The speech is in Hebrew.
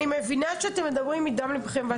אני מבינה שאתם מדברים מדם ליבכם,